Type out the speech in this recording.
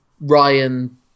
Ryan